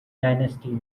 dynasty